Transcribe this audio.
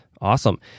Awesome